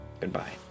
Goodbye